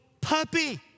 puppy